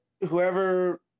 whoever